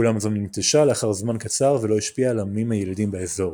אולם זו ננטשה לאחר זמן קצר ולא השפיעה על העמים הילידים באזור.